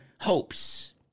hopes